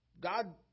God